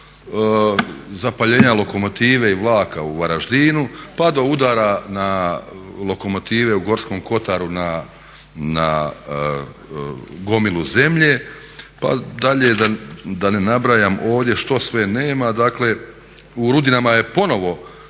zapaljenja lokomotive i vlaka u Varaždinu, pa do udara na lokomotive u Gorskom kotaru na gomilu zemlje pa dalje da ne nabrajam ovdje što sve nema. Dakle u Rudinama je ponovno